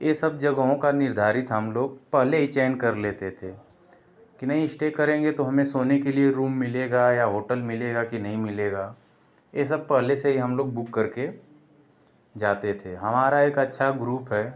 ये सब जगहों का निर्धारित हम लोग पहले ही चयन कर लेते थे कि नहीं इस्टे करेंगे तो हमें सोने के लिए रूम मिलेगा या होटल मिलेगा कि नहीं मिलेगा ये सब पहले से ही हम लोग बूक करके जाते थे हमारा एक अच्छा ग्रुप है